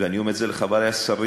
ואני אומר את זה לחברי השרים,